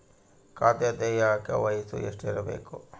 ಖಾತೆ ತೆಗೆಯಕ ವಯಸ್ಸು ಎಷ್ಟಿರಬೇಕು?